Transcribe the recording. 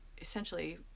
essentially